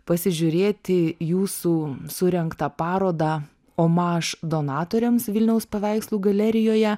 pasižiūrėti jūsų surengtą parodą omaš donatoriams vilniaus paveikslų galerijoje